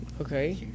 Okay